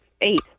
Eight